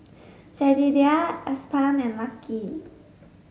Jedidiah Aspen and Lucky